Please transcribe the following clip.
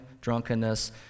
drunkenness